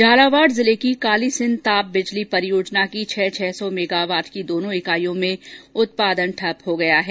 झालावाड़ जिले की कालीसिंध ताप बिजली परियोजना की छह छह सौ मेगावाट की दोनों इकाइयों में उत्पादन ठप हो गया है